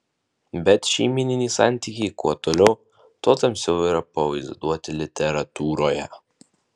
bet šeimyniniai santykiai kuo toliau tuo tamsiau yra pavaizduoti literatūroje